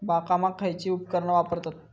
बागकामाक खयची उपकरणा वापरतत?